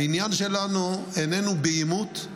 העניין שלנו איננו בעימות,